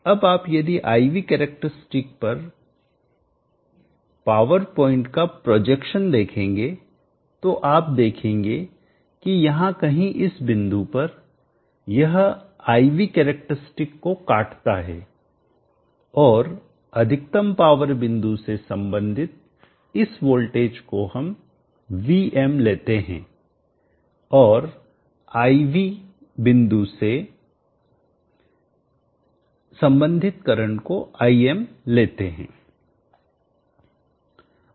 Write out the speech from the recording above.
अब आप यदि I V कैरेक्टरस्टिक पर पावर पॉइंट का प्रोजेक्शन प्रक्षेपण देखेंगे तो आप देखेंगे कि यहां कहीं इस बिंदु पर यह I V कैरेक्टरस्टिक को काटता है और अधिकतम पावर बिंदु से संबंधित इस वोल्टेज को हम Vm लेते हैं और I V आईवी बिंदु से संबंधित करंट को Im लेते हैं